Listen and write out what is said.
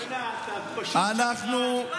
בוא'נה, אתה פשוט שקרן.